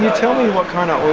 tell me what kind of